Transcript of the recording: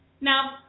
Now